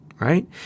right